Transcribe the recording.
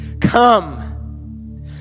come